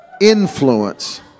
influence